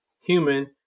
human